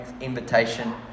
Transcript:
invitation